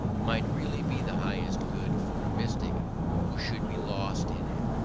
might really be the highest good for a mystic who should be lost in it,